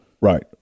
Right